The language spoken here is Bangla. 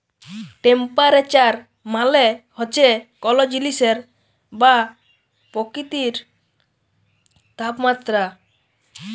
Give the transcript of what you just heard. টেম্পারেচার মালে হছে কল জিলিসের বা পকিতির তাপমাত্রা